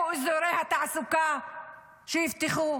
איפה אזורי התעסוקה שהבטיחו?